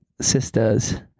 sisters